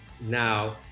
now